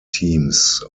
teams